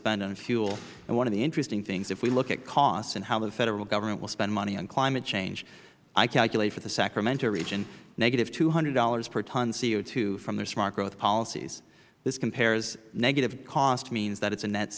spend on fuel one of the interesting things if we look at cost and how the federal government will spend money on climate change i calculate for the sacramento region a negative two hundred dollars per ton co from the smart growth policies negative cost means that it is a net